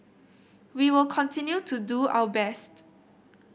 we will continue to do our best